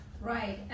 Right